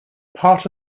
part